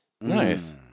Nice